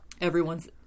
everyone's